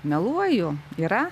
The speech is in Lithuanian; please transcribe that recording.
meluoju yra